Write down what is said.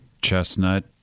Chestnut